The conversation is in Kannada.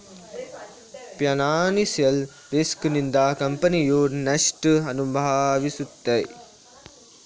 ಫೈನಾನ್ಸಿಯಲ್ ರಿಸ್ಕ್ ನಿಂದ ಕಂಪನಿಯು ನಷ್ಟ ಅನುಭವಿಸುತ್ತೆ